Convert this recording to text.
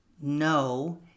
no